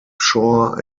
shore